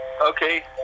Okay